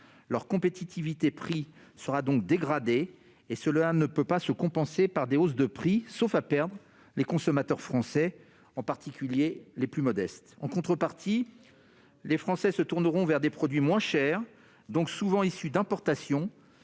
Leur compétitivité-prix s'en trouvera donc dégradée, ce qu'ils ne pourront compenser par des hausses de prix, sauf à perdre les consommateurs français, en particulier les plus modestes. En contrepartie, les Français se tourneront vers des produits moins chers, donc souvent issus d'importations,